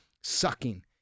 sucking